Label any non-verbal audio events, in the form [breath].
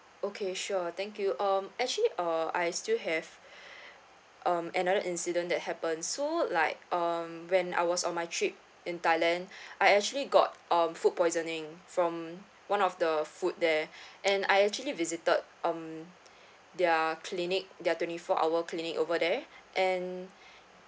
okay sure thank you um actually uh I still have [breath] um another incident that happen so like um when I was on my trip in thailand [breath] I actually got um food poisoning from one of the food there [breath] and I actually visited um their clinic their twenty four hour clinic over there and [breath]